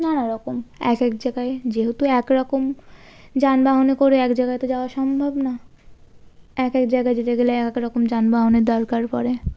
নানারকম এক এক জায়গায় যেহেতু এক রকম যানবাহনে করে এক জায়গায় তো যাওয়া সম্ভব না এক এক জায়গায় যেতে গেলে এক এক রকম যানবাহনের দরকার পরে